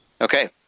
Okay